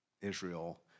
Israel